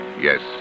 Yes